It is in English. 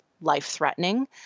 life-threatening